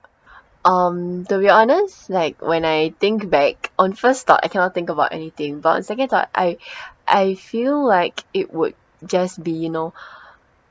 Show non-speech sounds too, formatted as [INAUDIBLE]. um to be honest like when I think back on first thought I cannot think about anything but on second thought I [BREATH] I feel like it would just be you know [BREATH]